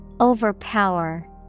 Overpower